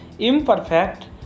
Imperfect